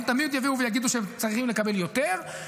הם תמיד יבואו ויגידו שהם צריכים לקבל יותר,